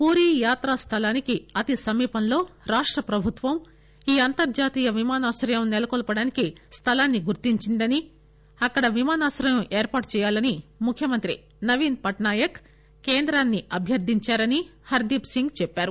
పూరి యాత్రాస్దలానికి అతి సమీపంలో రాష్ట ప్రభుత్వం ఈ అంతర్జాతీయ విమానాశ్రయం నెలకొల్పడానికి స్దలాన్ని గుర్తించిందని అక్కడ విమానాశ్రయం ఏర్పాటు చేయాలని ముఖ్యమంత్రి నవీన్ పట్నాయక్ కేంద్రాన్ని అభ్యర్దించారని హర్దీప్ సింగ్ చెప్పారు